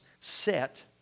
set